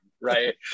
right